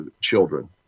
children